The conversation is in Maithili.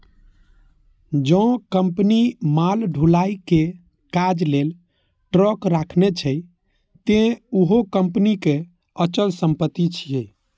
जौं कंपनी माल ढुलाइ के काज लेल ट्रक राखने छै, ते उहो कंपनीक अचल संपत्ति छियै